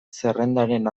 zerrendaren